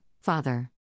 father